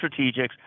strategics